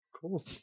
Cool